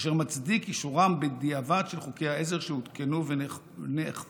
אשר מצדיק אישורם בדיעבד של חוקי העזר שהותקנו ונאכפו.